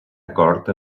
acord